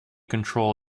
control